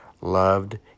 loved